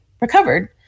recovered